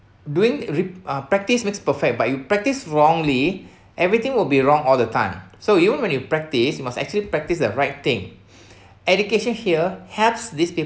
doing re~ uh practice makes perfect but you practice wrongly everything will be wrong all the time so you want when you practice was actually practice the right thing education here helps these